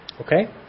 Okay